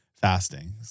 fasting